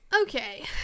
okay